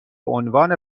عنوان